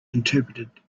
interpreted